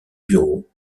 bureau